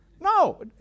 no